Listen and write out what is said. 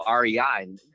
REI